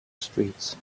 streets